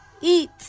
eat